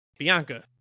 Bianca